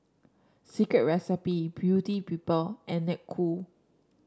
Secret Recipe Beauty People and Snek Ku